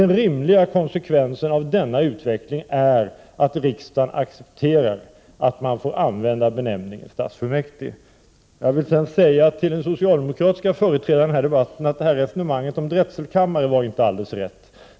Den rimliga konsekvensen av denna utveckling är att riksdagen accepterar att man får använda beteckningen stadsfullmäktige. Låt mig till socialdemokraternas företrädare i debatten säga att resonemanget om ”drätselkammare” inte är alldeles riktigt.